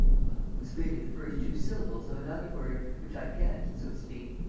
well, it was really the first two syllables of another word, which i guessed, so to speak,